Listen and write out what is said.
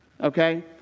Okay